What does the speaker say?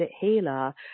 healer